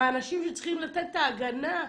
האנשים שצריכים לתת את ההגנה,